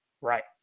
Right